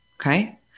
Okay